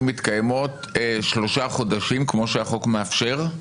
מתקיימות שלושה חודשים כמו שהחוק מאפשר?